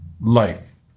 Life